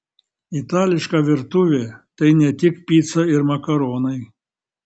itališka virtuvė tai ne tik pica ir makaronai